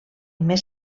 més